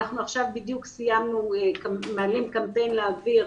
בדיוק עכשיו מעלים קמפיין לאוויר,